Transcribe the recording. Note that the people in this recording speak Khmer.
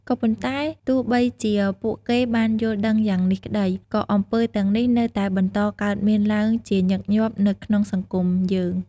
ក៏ប៉ុន្តែ ទោះបីជាពួកគេបានយល់ដឹងយ៉ាងនេះក្ដី ក៏អំពើទាំងនេះនៅតែបន្តកើតមានឡើងជាញឹកញាប់នៅក្នុងសង្គមយើង។